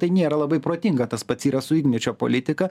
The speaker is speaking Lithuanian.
tai nėra labai protinga tas pats yra su igničio politika